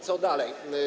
Co dalej?